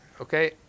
okay